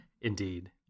Indeed